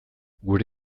gure